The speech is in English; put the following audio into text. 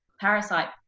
parasite